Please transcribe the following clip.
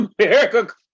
America